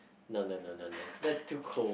no no no no no that's too cold